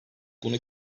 bunu